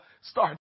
start